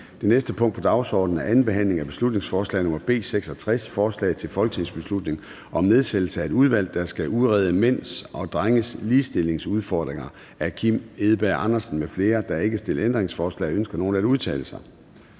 Det næste punkt på dagsordenen er: 31) 2. (sidste) behandling af beslutningsforslag nr. B 66: Forslag til folketingsbeslutning om nedsættelse af et udvalg, der skal udrede mænds og drenges ligestillingsudfordringer. Af Kim Edberg Andersen (NB) m.fl. (Fremsættelse 14.03.2023. 1. behandling